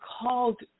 called